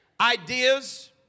ideas